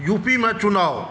युपीमे चुनाव